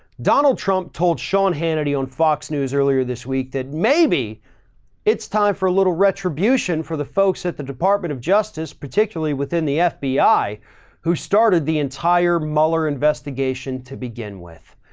donald trump told sean hannity on fox news earlier this week that maybe it's time for a little retribution for the folks at the department of justice, particularly within the fbi who started the entire mueller investigation to begin with.